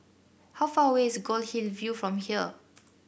how far away is Goldhill View from here